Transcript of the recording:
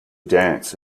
dance